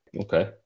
Okay